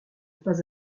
pas